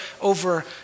over